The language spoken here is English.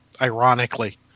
ironically